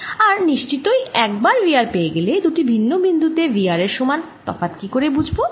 আর নিশ্চিতই একবার V r পেয়ে গেলে দুটি ভিন্ন বিন্দু তে V r এর মধ্যে তফাৎ কি ভাবে বুঝব